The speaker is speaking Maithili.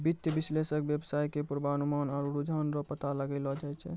वित्तीय विश्लेषक वेवसाय के पूर्वानुमान आरु रुझान रो पता लगैलो जाय छै